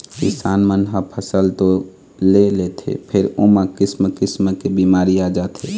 किसान मन ह फसल तो ले लेथे फेर ओमा किसम किसम के बिमारी आ जाथे